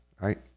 right